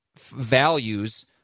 values